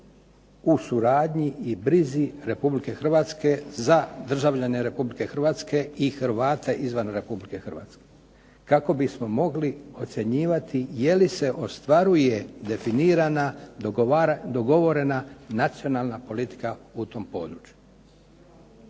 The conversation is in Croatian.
u suradnji i brizi Republike Hrvatske za državljane Republike Hrvatske i Hrvate izvan Republike Hrvatske kako bismo mogli ocjenjivati je li se ostvaruje definirana dogovorena nacionalna politika u tom području.